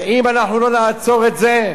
ואם אנחנו לא נעצור את זה,